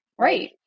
right